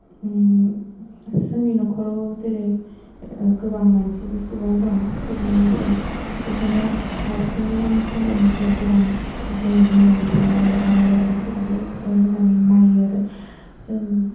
जोंनि नखराव जेरै गोबां मानसिबो सुबुं दं सोद्रोमाफोर बेखायनो हारसिङै आं सामलायनाय जाया गोबां जोंनि बिमा बिफा आरो आबै आबौफोराबो मोजाङै नायो आरो जों